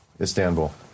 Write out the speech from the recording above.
Istanbul